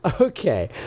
Okay